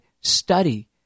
study